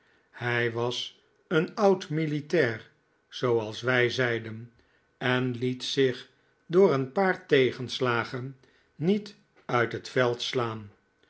hij was een oud militair zooals wij zeiden en liet zich door een paar tegenslagen niet uit het veld slaan